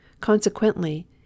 Consequently